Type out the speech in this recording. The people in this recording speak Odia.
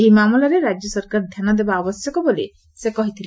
ଏହି ମାମଲାରେ ରାଜ୍ୟ ସରକାର ଧ୍ଧାନ ଦେବା ଆବଶ୍ୟକ ବୋଲି ସେ କହିଥିଲେ